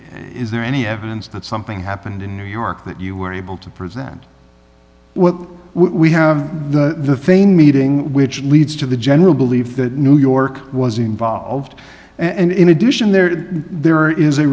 there any evidence that something happened in new york that you were able to prove that well we have the same meeting which leads to the general belief that new york was involved and in addition there there is a